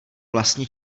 vlastně